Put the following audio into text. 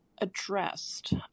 addressed